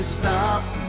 Stop